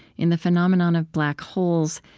in the phenomenon of black holes,